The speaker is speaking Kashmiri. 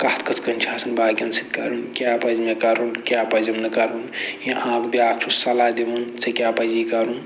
کَتھ کِتھ کٔنۍ چھِ آسان باقٮ۪ن سۭتۍ کَرٕنۍ کیاہ پَزِ مےٚ کَرُن کیاہ پَزٮ۪م نہٕ کَرُن یا اکھ بیٛاکھ چھُ صلح دِوان ژےٚ کیاہ پَزی کَرُن